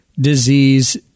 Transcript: disease